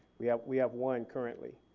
we have we have one currently.